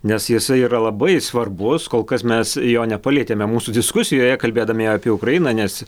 nes jisai yra labai svarbus kol kas mes jo nepalietėme mūsų diskusijoje kalbėdami apie ukrainą nes